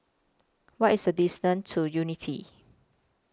What IS The distance to Unity